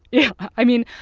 yeah. i mean,